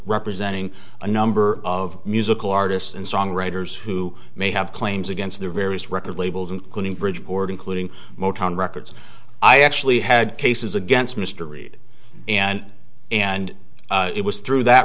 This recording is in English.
representing a number of musical artists and songwriters who may have claims against the various record labels including bridge board including motown records i actually had cases against mr reed and and it was through that